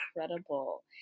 incredible